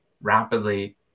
rapidly